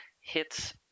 hits